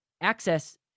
access